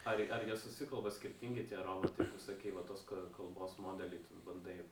ar jie susikalba skirtingi tie robotai tu sakei va tos kalbos modelį bandai